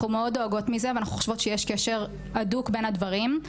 אנחנו מאוד דואגות מזה ואנחנו חושבות שיש קשר הדוק בין הדברים.